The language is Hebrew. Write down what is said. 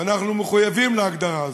ואנחנו מחויבים להגדרה הזאת,